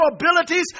abilities